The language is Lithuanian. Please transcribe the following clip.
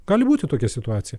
gali būti tokia situacija